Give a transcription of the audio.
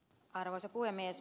arvoisa puhemies